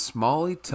Smalley